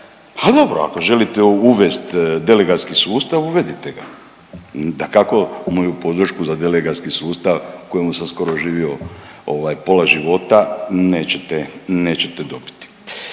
ha dobro, ako želite uvesti delegatski sustav, uvedite ga. Dakako, moju podršku za delegatski sustav u kojemu sam skoro živio ovaj pola života nećete, nećete dobiti.